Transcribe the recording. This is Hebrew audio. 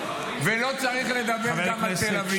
ולא צריך לדבר גם על תל אביב.